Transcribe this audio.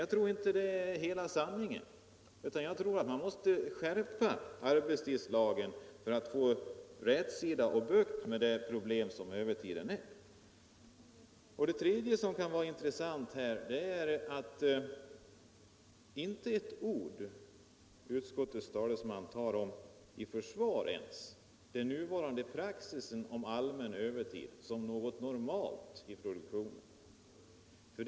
Jag tror inte att det är hela sanningen, utan jag tror att man måste skärpa arbetstidslagen för att få bukt med det problem som övertiden innebär. Det är också intressant att utskottets talesman inte med ett ord försvarar nuvarande praxis med allmän övertid som något normalt i produktionen.